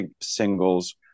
singles